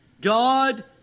God